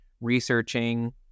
researching